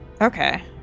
Okay